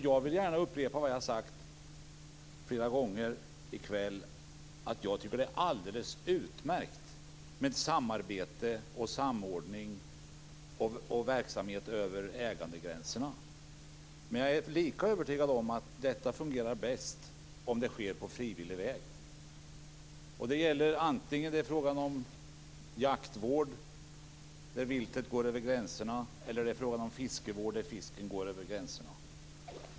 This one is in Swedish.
Jag vill gärna upprepa vad jag flera gånger i kväll har sagt: Det är alldeles utmärkt med samarbete och samordning liksom med verksamhet över ägandegränserna. Tillika är jag övertygad om att detta fungerar bäst om det sker bäst på frivillig väg. Det gäller vare sig det är fråga om jaktvård och vilt som går över gränserna eller det är fråga om fiskevård och fisk som går över gränserna.